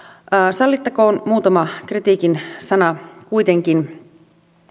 sallittakoon muutama kritiikin sana kuitenkin